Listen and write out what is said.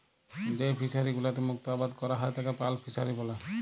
যেই ফিশারি গুলোতে মুক্ত আবাদ ক্যরা হ্যয় তাকে পার্ল ফিসারী ব্যলে